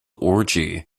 orgy